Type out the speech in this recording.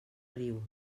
riu